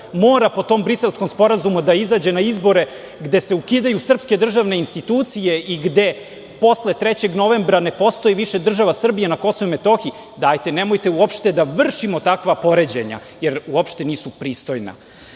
mora po tom Briselskom sporazumu da izađe na izbore, gde se ukidaju srpske državne institucije i gde posle 3. novembra ne postoji više država Srbija na Kosovu i Metohiji. Nemojte da vršimo takva poređenja, jer uopšte nisu pristojna. Drugo,